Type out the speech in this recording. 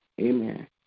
Amen